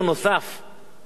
בנושא המסתננים,